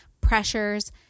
pressures